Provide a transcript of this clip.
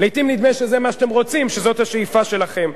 לעתים נדמה שזה מה שאתם רוצים, שזאת השאיפה שלכם.